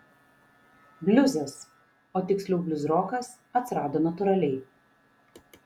bliuzas o tiksliau bliuzrokas atsirado natūraliai